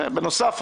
בנוסף,